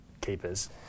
keepers